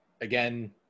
Again